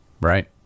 right